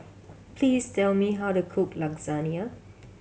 please tell me how to cook Lasagna